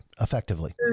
effectively